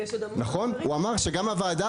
ויש עוד --- נכון הוא אמר שגם ועדת